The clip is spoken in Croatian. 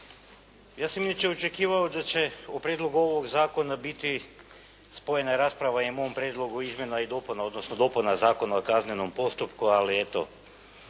Ja sam očekivao da će u prijedlogu ovog zakona biti spojena rasprava i o mom prijedlogu izmjena i dopuna, odnosno dopuna Zakona o kaznenom postupku, ali eto